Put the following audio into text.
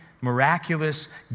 miraculous